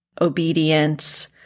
obedience